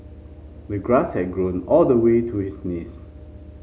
the grass had grown all the way to his knees